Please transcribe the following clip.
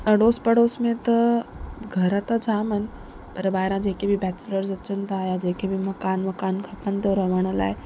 अड़ोस पड़ोस में त घर त जाम आहिनि पर ॿाहिरां जे के बि बेचिलर्स अचनि था या जे के बि मकानु वकानु खपेनि थो रहण लाइ